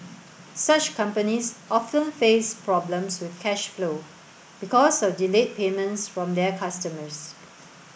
such companies often face problems with cash flow because of delayed payments from their customers